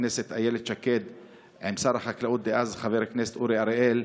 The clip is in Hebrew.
הכנסת איילת שקד עם שר החקלאות דאז חבר הכנסת אורי אריאל,